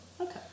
Okay